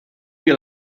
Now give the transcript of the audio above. you